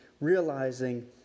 Realizing